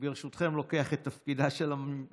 ברשותכם, אני לוקח את תפקידה של המזכירה.